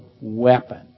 weapon